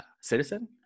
citizen